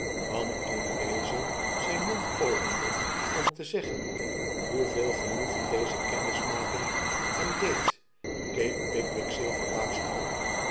want toen deze zijnmond opende om te zeggen hoeveel genoegen deze kennismaking hem deed keek pickwick zeer verbaasd op